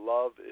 Love